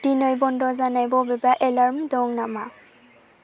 दिनै बन्द' जानाय बबेबा एलार्म दं नामा